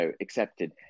accepted